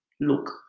Look